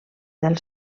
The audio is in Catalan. del